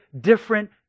different